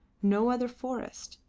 no other forest,